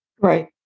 right